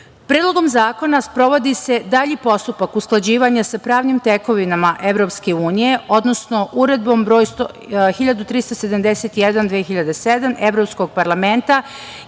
odbijene. Predlogom zakona sprovodi se dalji postupak usklađivanja sa pravnim tekovinama Evropske unije, odnosno Uredbom 1371/2007 Evropskog parlamenta